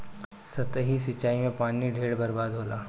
सतही सिंचाई में पानी ढेर बर्बाद होला